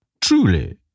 truly